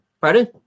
Pardon